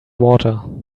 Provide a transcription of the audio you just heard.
water